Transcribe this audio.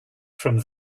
from